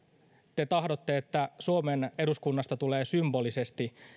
te tahdotte että suomen eduskunnasta tulee symbolisesti